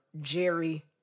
Jerry